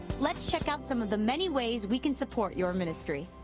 let's check out some of the many ways we can support your ministry.